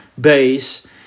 base